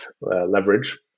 leverage